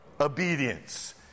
obedience